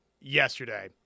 yesterday